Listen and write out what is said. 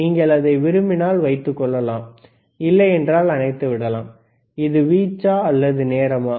நீங்கள் அதை விரும்பினால் வைத்துக்கொள்ளலாம் இல்லை என்றால் அணைத்து விடலாம் இது வீச்சா அல்லது நேரமா